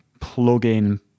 plug-in